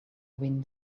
wind